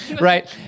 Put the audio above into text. right